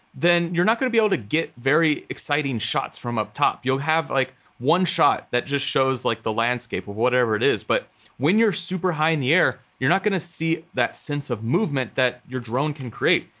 then you're not gonna be able to get very exciting shots from up top. you'll have like one shot that just shows like the landscape or whatever it is. but when you're super high in the air, you're not gonna see that sense of movement that your drone can create.